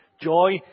joy